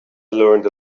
learned